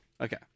Okay